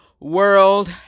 world